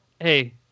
Hey